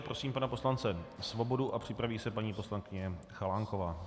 Prosím pana poslance Svobodu a připraví se paní poslankyně Chalánková.